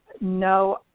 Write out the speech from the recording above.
no